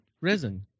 Resin